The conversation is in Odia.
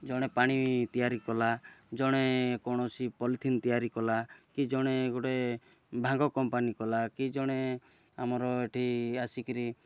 ଜଣେ ପାଣି ତିଆରି କଲା ଜଣେ କୌଣସି ପଲିଥିନ୍ ତିଆରି କଲା କି ଜଣେ ଗୋଟେ ଭାଙ୍ଗ କମ୍ପାନୀ କଲା କି ଜଣେ ଆମର ଏଠି ଆସିକିରି